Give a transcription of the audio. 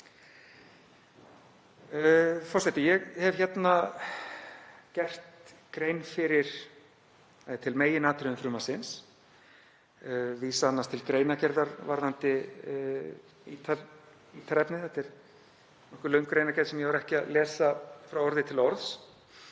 Forseti. Ég hef gert grein fyrir meginatriðum frumvarpsins, vísa annars til greinargerðar varðandi ítarefni, þetta er nokkuð löng greinargerð sem ég las ekki frá orði til orðs.